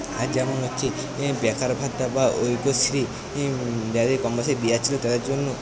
আর যেমন হচ্ছে বেকার ভাতা বা ঐক্যশ্রী যাদের কম বয়সে বিয়ে হচ্ছিল তাদের জন্য